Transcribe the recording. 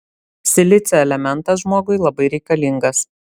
silicio elementas žmogui labai reikalingas